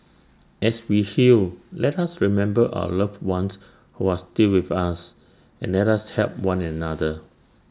as we heal let us remember our loved ones who are still with us and let us help one another